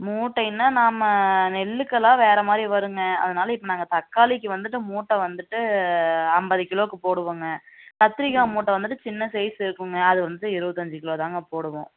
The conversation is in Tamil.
மூட்டைன்னா நாம நெல்லுக்கெல்லாம் வேறு மாதிரி வருங்க அதனால இப்போ நாங்கள் தக்காளிக்கு வந்துவிட்டு மூட்டை வந்துவிட்டு ஐம்பது கிலோவுக்கு போடுவோங்க கத்தரிக்காய் மூட்டை வந்துவிட்டு சின்ன சைஸு இருக்குங்க அது வந்து இருவத்தஞ்சு கிலோ தாங்க போடுவோம்